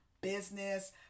business